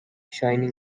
shining